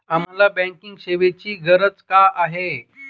आम्हाला बँकिंग सेवेची गरज का आहे?